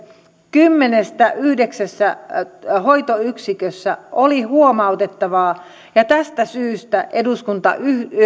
kymmenestä hoitoyksiköstä yhdeksässä oli huomautettavaa ja tästä syystä eduskunta